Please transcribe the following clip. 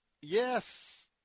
yes